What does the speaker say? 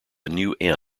new